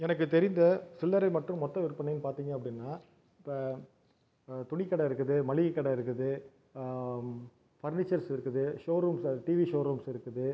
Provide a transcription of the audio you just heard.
எனக்கு தெரிந்த சில்லறை மற்றும் மொத்த விற்பனைனு பார்த்திங்க அப்படின்னா இப்போ துணி கடை இருக்குது மளிகை கடை இருக்குது ஃபர்னீச்சர்ஸ் இருக்குது ஷோரூம்ஸ் டிவி ஷோரூம்ஸ் இருக்குது